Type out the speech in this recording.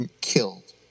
killed